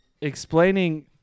explaining